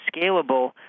scalable